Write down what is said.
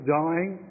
dying